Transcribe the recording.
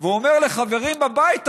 ואומר לחברים בבית הזה,